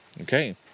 Okay